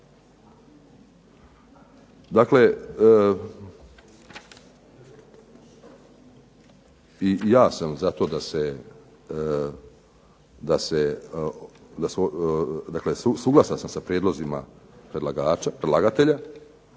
Dakle, i ja sam za to da se, dakle suglasan sam sa prijedlozima predlagatelja,